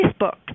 Facebook